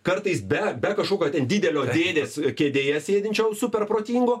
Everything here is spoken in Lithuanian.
kartais be be kažkokio didelio dėdės kėdėje sėdinčio super protingo